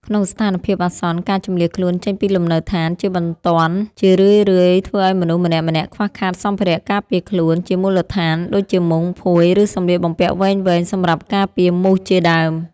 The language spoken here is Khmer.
ក្នុងស្ថានភាពអាសន្ន ការជម្លៀសខ្លួនចេញពីលំនៅដ្ឋានជាបន្ទាន់ជារឿយៗធ្វើឱ្យមនុស្សម្នាក់ៗខ្វះខាតសម្ភារៈការពារខ្លួនជាមូលដ្ឋាន ដូចជាមុង ភួយ ឬសម្លៀកបំពាក់វែងៗសម្រាប់ការពារមូសជាដើម។